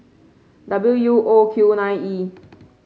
W U O Q nine E